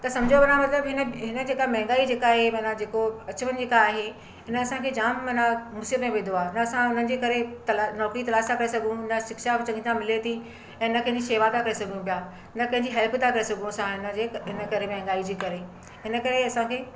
त सम्झो माना मतिलबु हिन हिन जेका मांहगाई जेका आहे माना जेको अचवञु जेका आहे इन असांखे जाम माना मुसिबतु में विधो आहे न असां उन्हनि जे करे तला नौकरी तलाश त करे सघूं न शिक्षा चङी तरह मिले थी इन खे शेवा त करे सघूं पिया न कंहिंजी हेल्प त करे सघूं असां हिनजे हिन करे माहंगाई जे करे हिन करे असांखे